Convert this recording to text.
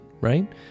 right